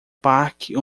parque